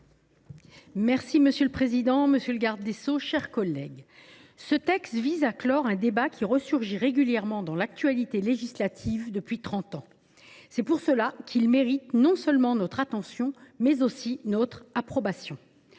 Monsieur le président, monsieur le garde des sceaux, mes chers collègues, ce texte vise à clore un débat qui resurgit régulièrement dans l’actualité législative depuis trente ans. Pour cette raison, il mérite non seulement notre attention, mais aussi notre approbation.